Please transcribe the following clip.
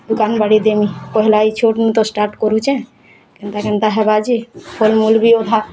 ଦୁକାନ୍ ବାଡ଼ି ଦେମି ପହେଲା ଏଇ ଛୋଟ୍ ନୁ ତ ଷ୍ଟାର୍ଟ୍ କରୁଛେଁ ଏନ୍ତା କେନ୍ତା ହେବା ଯେ ଫଲ୍ ମୂଲ୍ ବି ଅଧା